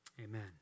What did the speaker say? Amen